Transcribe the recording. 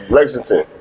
Lexington